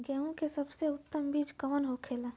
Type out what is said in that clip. गेहूँ की सबसे उत्तम बीज कौन होखेला?